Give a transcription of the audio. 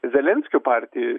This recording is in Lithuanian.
zelenskio partijai